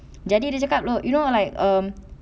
jadi dia cakap lor you know like um